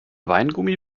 weingummi